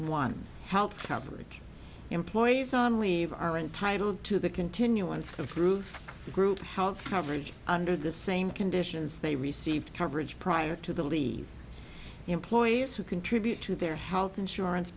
one help cover employees on leave are entitled to the continuance of proof group health coverage under the same conditions they received coverage prior to the leave employees who contribute to their health insurance